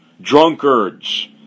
drunkards